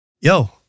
yo